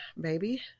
baby